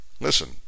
listen